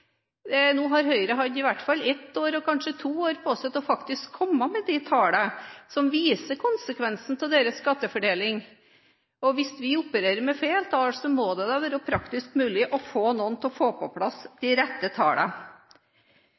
Nå har Høyre hatt i hvert fall ett år på seg, kanskje to, til å komme med de tallene som viser konsekvensene av deres skattefordeling. Hvis vi opererer med feil tall, må det da være praktisk mulig å få noen til å få på plass de rette